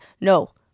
No